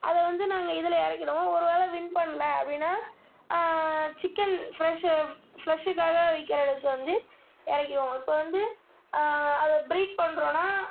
அதை வந்து நாங்கள் இதில் இறக்கிடுவோம் ஒருவேளை வின் பண்ணல அப்படின்னா சிக்கன் ஃப்ரஷு ஃப்ளஷுக்காக விக்கிறதுக்கு வந்து இறக்கிடுவோம் இப்போ வந்து அதை ப்ரீட் பண்றோம்ன்னா